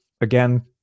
again